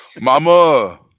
Mama